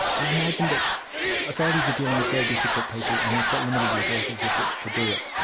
i imagine that authorities are dealing with very difficult people and they've got limited resources with which to do it.